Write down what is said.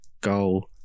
goal